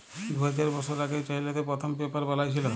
দু হাজার বসর আগে চাইলাতে পথ্থম পেপার বালাঁই ছিল